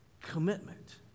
Commitment